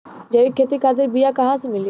जैविक खेती खातिर बीया कहाँसे मिली?